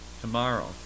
tomorrow